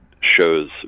shows